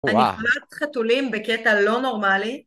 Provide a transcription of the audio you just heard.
אני חולת חתולים בקטע לא נורמלי.